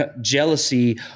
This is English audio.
jealousy